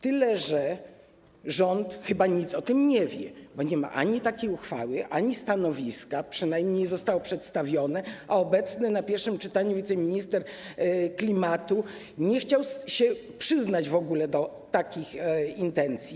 Tyle że rząd chyba nic o tym nie wie, bo nie ma ani takiej uchwały, ani stanowiska - przynajmniej nie zostało przedstawione - a obecny podczas pierwszego czytania wiceminister klimatu nie chciał się przyznać w ogóle do takich intencji.